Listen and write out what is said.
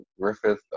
Griffith